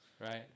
right